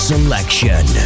Selection